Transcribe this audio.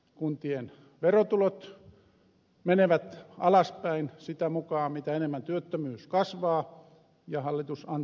kuntien verotulot menevät alaspäin sitä mukaa mitä enemmän työttömyys kasvaa ja hallitus antaa sen kasvaa